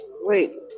Wait